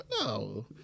No